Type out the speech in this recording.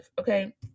okay